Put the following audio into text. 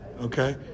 Okay